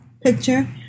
picture